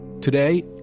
Today